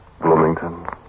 Bloomington